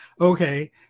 okay